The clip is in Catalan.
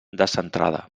descentrada